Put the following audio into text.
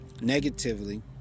negatively